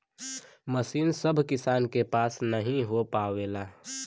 मसीन सभ किसान के पास नही हो पावेला